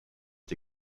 est